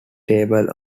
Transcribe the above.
table